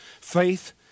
Faith